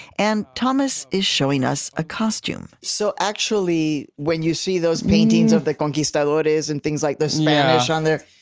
and thomas is showing us a costume so actually, when you see those paintings of the conquistadores but and things like the spanish on there,